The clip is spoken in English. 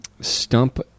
stump